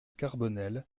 carbonel